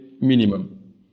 minimum